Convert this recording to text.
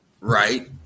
right